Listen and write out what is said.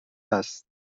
هست